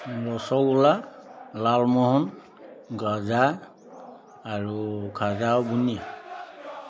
ৰচগোল্লা লালমোহন গজা আৰু খাজাও বুনিয়া